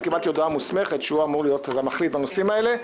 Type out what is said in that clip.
אני קיבלתי הודעה מוסמכת שהוא אמור להיות המחליט בנושאים האלה,